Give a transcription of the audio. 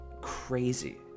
crazy